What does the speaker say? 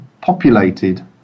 populated